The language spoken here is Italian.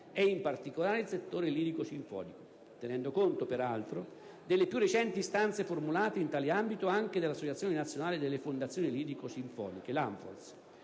ed in particolare il settore lirico-sinfonico, tenendo conto, peraltro, delle più recenti istanze formulate in tale ambito anche dall'Associazione nazionale delle fondazioni lirico-sinfoniche (ANFOLS).